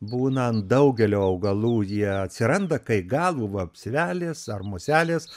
būna ant daugelio augalų jie atsiranda kai galų vapsvelės ar muselės